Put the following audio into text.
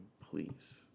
Please